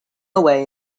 away